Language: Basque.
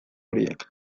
horiek